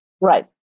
Right